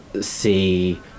see